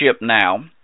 now